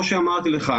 כמו שאמרתי לך,